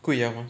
贵 ya hor